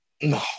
no